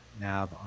nav